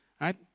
right